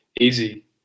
easy